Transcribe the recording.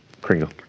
kringle